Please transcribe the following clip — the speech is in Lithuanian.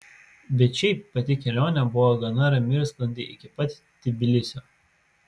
bet šiaip pati kelionė buvo gana rami ir sklandi iki pat tbilisio